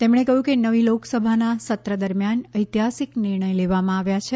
તેમણે કહ્યું કે નવી લોકસભાના સત્ર દરમિયાન ઐતિહાસિક નિર્ણય લેવામાં આવ્યા છે